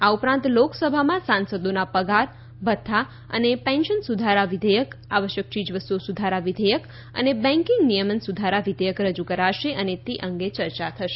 આ ઉપરાંત લોકસભામાં સાંસદોના પગાર ભથ્થા અને પેન્શન સુધારા વિધેયક આવશ્યક ચીજવસ્તુઓ સુધારા વિધેયક અને બેન્કિંગ નિયમન સુધારા વિધેયક રજૂ કરાશે અને તે અંગે ચર્ચા થશે